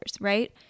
right